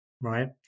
Right